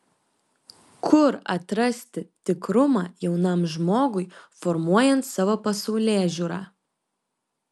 kur atrasti tikrumą jaunam žmogui formuojant savo pasaulėžiūrą